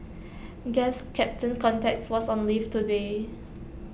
guess captain context was on leave today